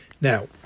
now